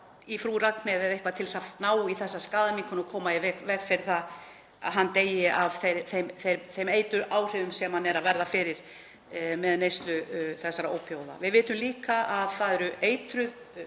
í Frú Ragnheiði eða eitthvað til að ná í þessa skaðaminnkun og koma í veg fyrir að hann deyi af þeim eituráhrifum sem hann verður fyrir með neyslu þessara ópíóíða. Við vitum líka að það eru eitruð